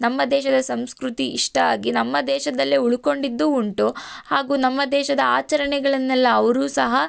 ನಮ್ಮ ದೇಶದ ಸಂಸ್ಕೃತಿ ಇಷ್ಟ ಆಗಿ ನಮ್ಮ ದೇಶದಲ್ಲೇ ಉಳ್ಕೊಂಡಿದ್ದು ಉಂಟು ಹಾಗೂ ನಮ್ಮ ದೇಶದ ಆಚರಣೆಗಳನ್ನೆಲ್ಲ ಅವರೂ ಸಹ